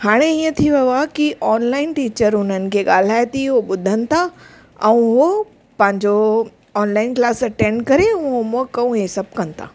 हाणे हीअं थी वियो आहे कि ऑनलाइन टीचर हुननि खे ॻाल्हाए थी उहो बुधनि था ऐं उहो पंहिंजो ऑनलाइन क्लास अटेंड करे होम वर्क ऐं इहे सभु कनि था